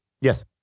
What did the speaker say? Yes